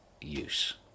use